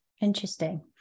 Interesting